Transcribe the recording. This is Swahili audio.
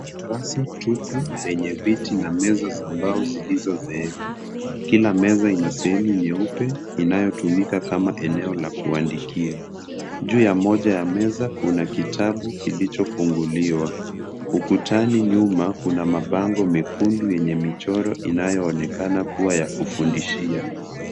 Darasa tupu lenye viti na meza za mbao zilizozeeka. Kila meza ina sehemu nyeupe inayotumika kama eneo la kuandikia. Juu ya moja ya meza kuna kitabu kilichofunguliwa. Ukutani nyuma kuna mabango mekundu yenye michoro inayoonekana kuwa ya kufundishia.